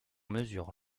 mesure